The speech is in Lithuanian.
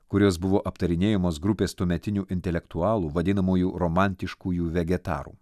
kuris buvo aptarinėjamos grupės tuometinių intelektualų vadinamųjų romantiškųjų vegetarų